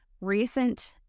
recent